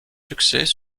succès